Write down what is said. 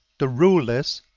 the rule is,